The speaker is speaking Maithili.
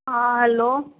हँ हेल्लो